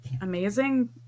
amazing